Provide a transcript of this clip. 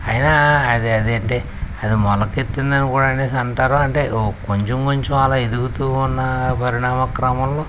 అయినా అది అదేంటే అది మొలకెత్తిందని కూడా అనేసి అంటారు అంటే కొంచెం కొంచెం అలా ఎదుగుతూ ఉన్న పరిణామ క్రమంలో